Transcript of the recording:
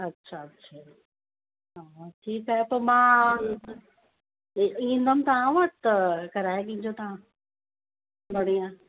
अच्छा अच्छा हा ठीकु आहे पोइ मां इ ईंदमि तव्हां वटि त कराए ॾिजो तव्हां बढ़िया